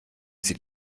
sie